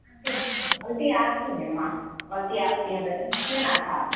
غلطی آپ کی ہے نا غلطی آپ کی ہے بیٹا مت لینا تھا آپ